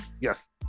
Yes